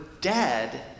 dead